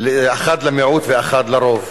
אחד על מיעוט ואחד על רוב.